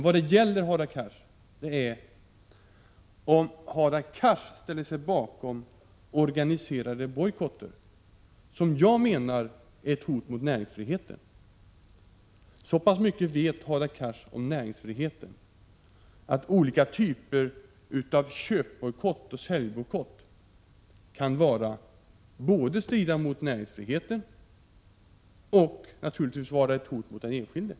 Vad det gäller är om Hadar Cars ställer sig bakom organiserade bojkotter, något som jag menar är ett hot mot näringsfriheten. Så pass mycket vet Hadar Cars om näringsfriheten att olika typer av köpbojkott och säljbojkott både kan strida mot näringsfriheten och naturligtvis kan vara ett hot mot den enskilde.